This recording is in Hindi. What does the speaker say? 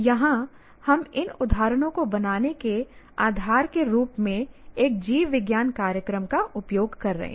यहां हम इन उदाहरणों को बनाने के आधार के रूप में एक जीव विज्ञान कार्यक्रम का उपयोग कर रहे हैं